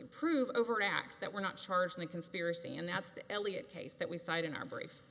in prove overt acts that were not charged in the conspiracy and that's the eliot case that we cite in our brief